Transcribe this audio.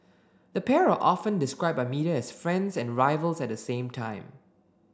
the pair are often described by media as friends and rivals at the same time